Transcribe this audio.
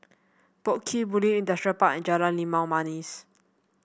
Boat Quay Bulim Industrial Park and Jalan Limau Manis